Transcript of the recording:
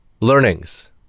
learnings